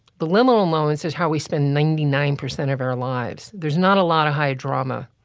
the liminal moments is how we spend ninety nine percent of our lives. there's not a lot of high drama.